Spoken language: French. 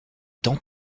dans